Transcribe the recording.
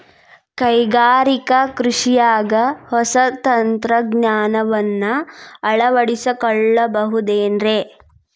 ಕೈಗಾರಿಕಾ ಕೃಷಿಯಾಗ ಹೊಸ ತಂತ್ರಜ್ಞಾನವನ್ನ ಅಳವಡಿಸಿಕೊಳ್ಳಬಹುದೇನ್ರೇ?